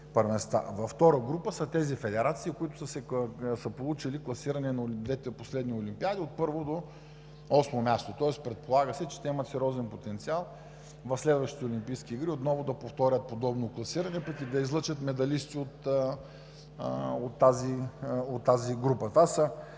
Във втора група са тези федерации, които са получили класиране от двете последни олимпиади – от първо до осмо място, тоест предполага се, че те имат сериозен потенциал в следващите олимпийски игри отново да повторят подобно класиране, пък и да излъчат медалисти от тази група,